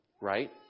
Right